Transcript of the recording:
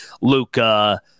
Luca